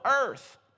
earth